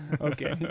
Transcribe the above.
okay